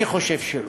אני חושב שלא,